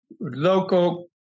local